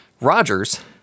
Rogers